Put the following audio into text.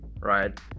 right